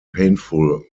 painful